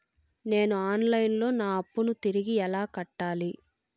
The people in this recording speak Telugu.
నేను ఆన్ లైను లో నా అప్పును తిరిగి ఎలా కట్టాలి?